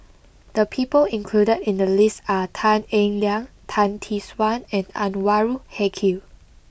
the people included in the list are Tan Eng Liang Tan Tee Suan and Anwarul Haque